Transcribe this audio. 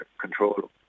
control